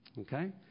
Okay